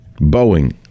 Boeing